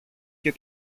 και